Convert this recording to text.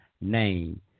name